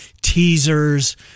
teasers